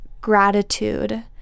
gratitude